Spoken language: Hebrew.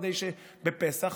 כדי שבפסח,